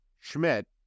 Schmidt